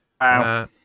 Wow